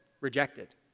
rejected